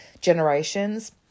generations